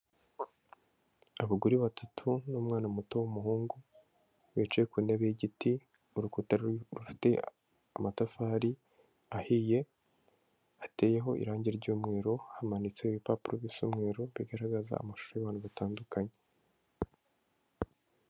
Abagore batatu n'umwana muto w'umuhungu, bicaye ku ntebe y'igiti, urukuta ru rufite amatafari ahiye, hateyeho irangi ry'umweru hamanitse ibipapuro bisa umweru bigaragaza amashuri y'abantu batandukanye.